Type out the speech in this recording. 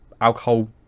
alcohol